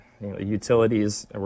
Utilities